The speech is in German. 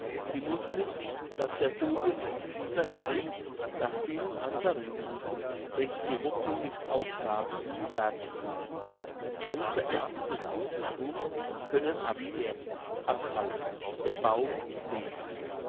sie muss nicht das versuche ich in dieser schrift nach vielen anderen juden welche die hoffnung nicht aufgaben darzuthun ganze aeste des judenthumes können absterben abfallen der baum lebt